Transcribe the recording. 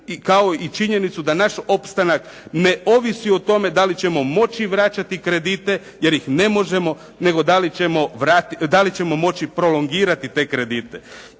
kao i činjenicu da naš opstanak ne ovisi o tome da li ćemo moći vraćati kredite jer ih ne možemo, nego da li ćemo moći prolongirati te kredite.